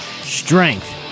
Strength